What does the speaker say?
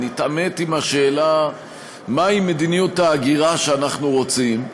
נתעמת עם השאלה מהי מדיניות ההגירה שאנחנו רוצים,